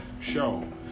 show